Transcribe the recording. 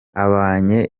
abanye